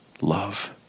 love